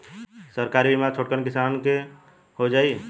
सरकारी बीमा छोटकन किसान क हो जाई?